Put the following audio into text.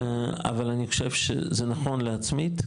אבל אני חושב שזה נכון להצמיד,